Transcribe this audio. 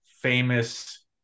famous